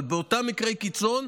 אבל באותם מקרי קיצון,